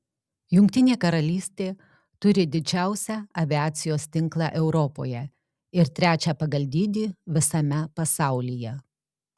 jungtinė karalystė turi didžiausią aviacijos tinklą europoje ir trečią pagal dydį visame pasaulyje